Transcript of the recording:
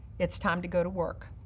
it's time to go to work.